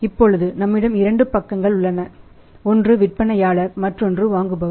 இப்பொழுது நம்மிடம் இரண்டு பக்கங்கள் உள்ளன ஒன்று விற்பனையாளர் மற்றொன்று வாங்குபவர்